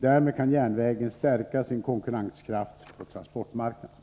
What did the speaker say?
Därmed kan järnvägen stärka sin konkurrenskraft på transportmarknaden.